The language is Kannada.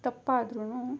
ತಪ್ಪಾದರೂನೂ